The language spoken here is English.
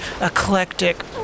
eclectic